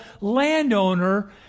landowner